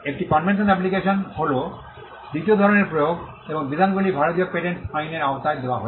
একটি convention application হল দ্বিতীয় ধরণের প্রয়োগ এবং বিধানগুলি ভারতীয় পেটেন্টস আইনের আওতায় দেওয়া হয়েছে